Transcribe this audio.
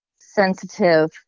sensitive